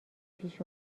پیش